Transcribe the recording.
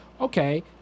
okay